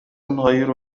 غير